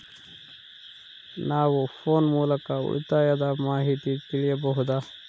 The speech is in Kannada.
ನಾವು ಫೋನ್ ಮೂಲಕ ಉಳಿತಾಯದ ಮಾಹಿತಿ ತಿಳಿಯಬಹುದಾ?